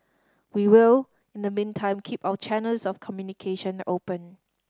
we will in the meantime keep our channels of communication open